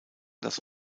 das